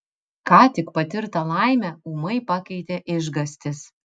ką tik patirtą laimę ūmai pakeitė išgąstis